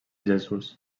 jesús